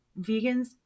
vegans